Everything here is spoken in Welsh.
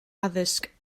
addysg